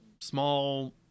small